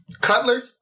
Cutler